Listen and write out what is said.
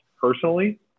personally